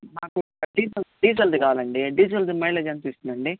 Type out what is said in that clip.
మాకు డీజిల్ డీజిల్ది కావాలండి డీజిల్ది మైలేజ్ ఎంత ఇస్తుంది అండి